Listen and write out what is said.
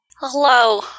hello